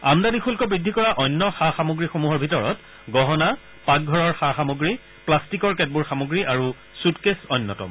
আমদানি শুল্ক বৃদ্ধি কৰা অন্য সা সামগ্ৰীসমূহৰ ভিতৰত গহণা পাকঘৰৰ সা সামগ্ৰী গ্লাট্টিকৰ কেতবোৰ সামগ্ৰী আৰু চুটকেছ অন্যতম